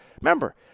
Remember